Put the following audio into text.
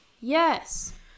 Yes